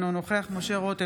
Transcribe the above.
אינו נוכח משה רוט,